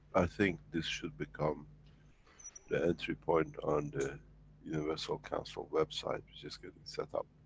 i think this should become the entry point on the universal council website, which is getting set up.